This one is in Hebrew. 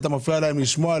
אתה מפריע להם לשמוע?